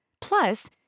Plus